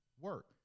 work